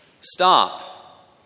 stop